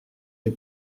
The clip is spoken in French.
les